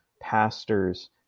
pastors